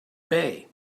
bay